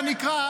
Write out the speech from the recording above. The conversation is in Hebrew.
נראה.